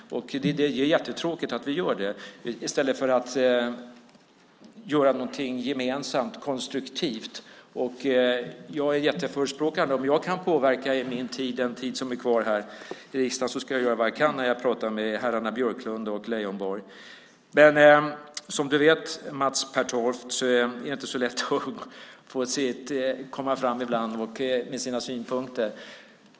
Det är jättetråkigt att vi gör det i stället för att göra någonting gemensamt, konstruktivt. Jag är verkligen en förespråkare för detta. Om jag kan påverka under den tid jag har kvar här i riksdagen ska jag göra vad jag kan när jag pratar med herrarna Björklund och Leijonborg. Men som du vet, Mats Pertoft, är det inte så lätt att komma fram med sina synpunkter ibland.